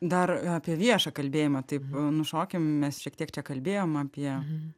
dar apie viešą kalbėjimą taip nušokim mes šiek tiek čia kalbėjom apie